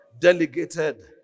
delegated